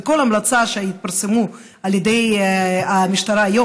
בכל המלצה שהתפרסמה על ידי המשטרה היום,